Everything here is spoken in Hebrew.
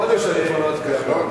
התש"ע 2010, לוועדת הכלכלה נתקבלה.